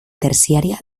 terciària